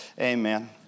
Amen